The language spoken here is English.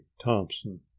thompson